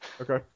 Okay